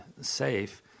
safe